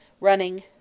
running